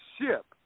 ship